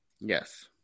Yes